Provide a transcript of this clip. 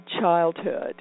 childhood